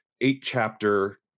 eight-chapter